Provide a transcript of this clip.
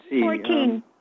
Fourteen